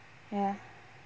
ya